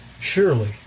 Surely